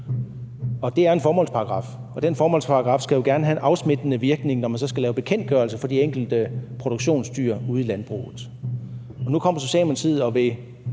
og den formålsparagraf skal jo gerne have en afsmittende virkning, når man skal lave bekendtgørelser for de enkelte produktionsdyr ude i landbruget.